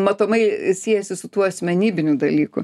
matomai siejasi su tuo asmenybiniu dalyku